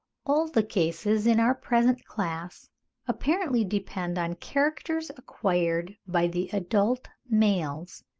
all the cases in our present class apparently depend on characters acquired by the adult males,